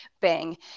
bang